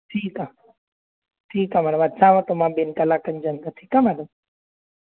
ठीकु आहे ठीकु आहे भई वरिताव त मां ॿिनि कलाक जे अंदरि ठीकु आहे मैडम